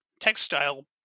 textile